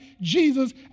Jesus